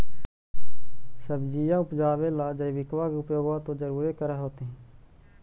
सब्जिया उपजाबे ला तो जैबिकबा के उपयोग्बा तो जरुरे कर होथिं?